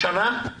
לשנה?